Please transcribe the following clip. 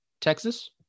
Texas